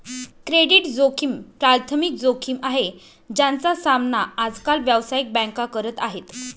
credit जोखिम प्राथमिक जोखिम आहे, ज्याचा सामना आज काल व्यावसायिक बँका करत आहेत